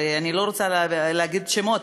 אני לא רוצה להגיד שמות,